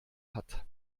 hat